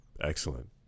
Excellent